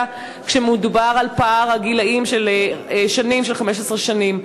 כשמדובר על פער גילים של עד 15 שנים.